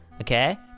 okay